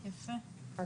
יפה מאוד.